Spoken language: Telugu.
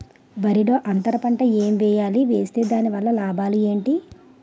వరిలో అంతర పంట ఎం వేయాలి? వేస్తే దాని వల్ల లాభాలు ఏంటి?